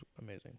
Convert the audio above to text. amazing